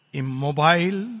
immobile